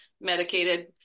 medicated